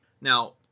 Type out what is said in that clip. Now